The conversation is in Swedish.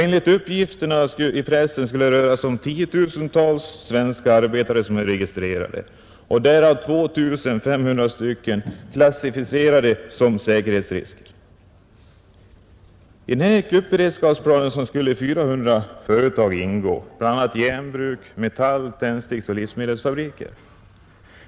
Enligt uppgifterna i pressen skall det röra sig om tiotusentals svenska arbetare, som är registrerade och varav 2 500 är klassificerade som säkerhetsrisker. I kuppberedskapsplanen skulle 400 företag ingå, bl.a. järnbruk, metall-, tändsticksoch livsmedelsfabriker.